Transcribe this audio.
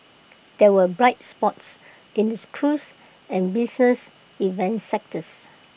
there were bright spots in the cruise and business events sectors